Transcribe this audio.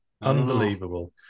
Unbelievable